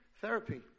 therapy